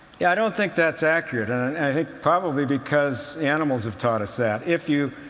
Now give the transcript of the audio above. yeah, i don't think that's accurate, and i think probably because animals have taught us that. if you